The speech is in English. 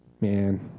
man